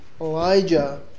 Elijah